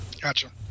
Gotcha